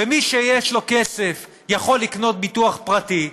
ומי שיש לו כסף יכול לקנות ביטוח פרטי,